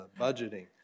budgeting